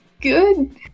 good